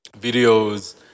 videos